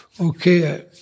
Okay